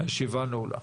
הישיבה נעולה.